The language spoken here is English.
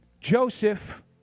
Joseph